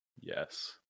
Yes